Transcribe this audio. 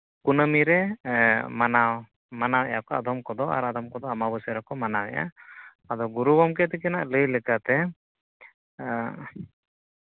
ᱠᱩᱱᱟᱹᱢᱤ ᱨᱮ ᱢᱟᱱᱟᱣ ᱢᱟᱱᱟᱣᱮᱫᱼᱟ ᱠᱚ ᱟᱫᱚᱢ ᱠᱚᱫᱚ ᱟᱨ ᱟᱫᱚᱢ ᱠᱚᱫᱚ ᱟᱢᱵᱟᱵᱟᱹᱥᱭᱟᱹ ᱨᱮᱠᱚ ᱢᱟᱱᱟᱣᱮᱫᱼᱟ ᱟᱫᱚ ᱜᱩᱨᱩ ᱜᱚᱢᱠᱮ ᱛᱟᱹᱠᱤᱱᱟᱜ ᱞᱟᱹᱭ ᱞᱮᱠᱟᱛᱮ